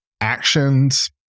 actions